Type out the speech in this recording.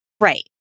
right